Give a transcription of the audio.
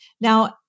Now